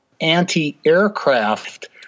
anti-aircraft